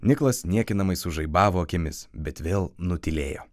niklas niekinamai sužaibavo akimis bet vėl nutylėjo